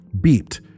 beeped